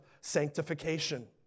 sanctification